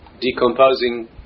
decomposing